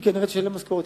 היא כנראה תשלם משכורות,